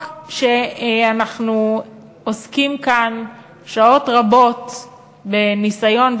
אנחנו עוסקים כאן שעות רבות בניסיון,